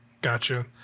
gotcha